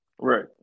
right